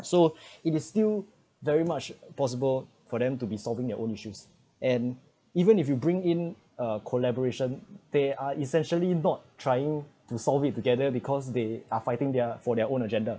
so it is still very much possible for them to be solving their own issues and even if you bring in a collaboration they are essentially not trying to solve it together because they are fighting their for their own agenda